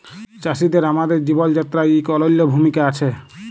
চাষীদের আমাদের জীবল যাত্রায় ইক অলল্য ভূমিকা আছে